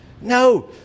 No